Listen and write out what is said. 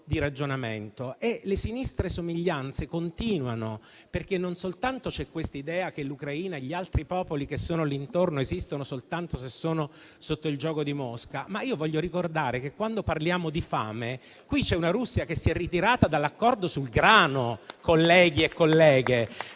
di ragionamento. Le sinistre somiglianze continuano, perché non soltanto c'è questa idea che l'Ucraina e gli altri popoli che sono lì intorno esistono soltanto se sono sotto il gioco di Mosca, ma voglio ricordare che quando parliamo di fame, c'è una Russia che si è ritirata dall'accordo sul grano.